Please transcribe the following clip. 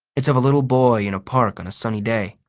it's of a little boy in a park on a sunny day.